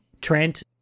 Trent